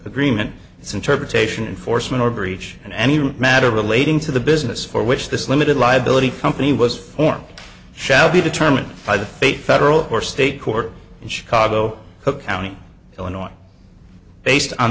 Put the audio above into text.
agreement its interpretation enforcement or breach and any matter relating to the business for which this limited liability company was formed shall be determined by the fate federal or state court in chicago cook county illinois based on